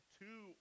two